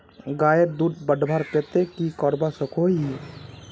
गायेर दूध बढ़वार केते की करवा सकोहो ही?